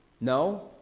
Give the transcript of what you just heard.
No